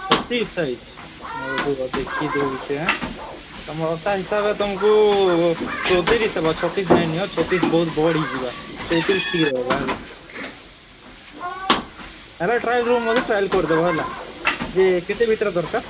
ଛତିଶ size ହଉ ରୁହ ଦେଖି ଦେଉଛେ ତମ ଅଣ୍ଟା ହିସାବେ ତୁମକୁ ଚୋଉତିରିଶ ହେବା ଛତିଶ ନାଇଁ ନିଅ ଛତିଶ ବହୁତ ବଡ଼ ହେଇଯିବା ଚୋଉତିରିଶ ଠିକ ରହିବା ହେଲା ହେଟା ଟ୍ରାଏଲ ରୁମ୍ ଅଛି ଟ୍ରାଏଲ୍ କରିଦେବ ହେଲା ଯେ କେତେ ମିଟର ଦରକାର